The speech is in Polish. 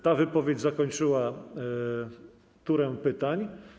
Ta wypowiedź zakończyła turę pytań.